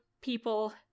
people